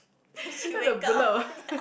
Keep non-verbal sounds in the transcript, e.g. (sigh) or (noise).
(breath) then the bullet will (laughs)